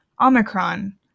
Omicron